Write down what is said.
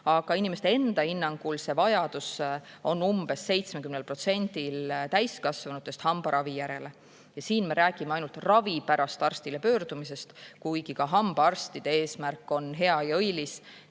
Aga inimeste enda hinnangul on umbes 70%-l täiskasvanutest vajadus hambaravi järele. Ja siin me räägime ainult ravi pärast arsti poole pöördumisest, kuigi ka hambaarstide eesmärk on hea ja õilis: